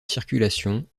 circulation